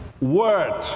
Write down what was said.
word